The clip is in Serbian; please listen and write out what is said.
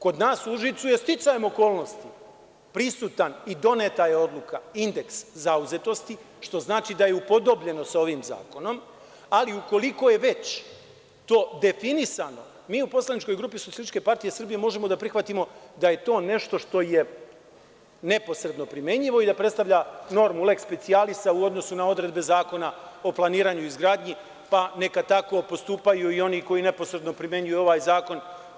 Kod nas u Užicu je sticajem okolnosti prisutan i doneta odluka indeks zauzetosti, što znači da je upodobljeno sa ovim zakonom, ali ukoliko je već to definisano, mi u poslaničkoj grupi SPS možemo da prihvatimo da je to nešto što je neposredno primenjivo i da predstavlja normu lex specialis u odnosu na odredbe Zakona o planiranju i izgradnji, pa neka tako postupaju i oni koji neposredno primenjuju ovaj zakon.